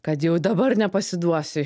kad jau dabar nepasiduosiu